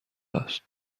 است